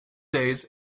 days